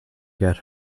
get